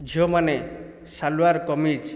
ଝିଅମାନେ ସାଲୁଆର୍ କମିଜ୍